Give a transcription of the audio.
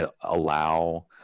allow